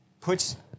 puts